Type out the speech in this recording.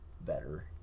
better